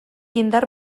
indar